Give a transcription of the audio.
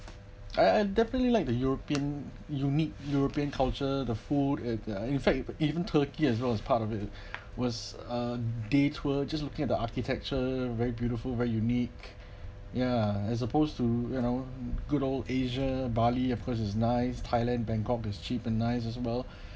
I I definitely like the european unique european culture the food at uh in fact but even turkey as well as part of it was a day tour just looking at the architecture very beautiful very unique ya is supposed to you know good all asia bali of course is nice thailand bangkok is cheap and nice as well